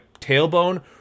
tailbone